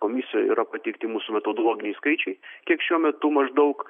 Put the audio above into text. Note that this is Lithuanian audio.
komisijoj yra pateikti mūsų metodologiniai skaičiai kiek šiuo metu maždaug